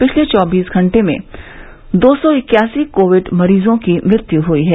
पिछले चौबीस घंटे में दो सौ इक्यासी कोविड मरीजों की मृत्य हयी है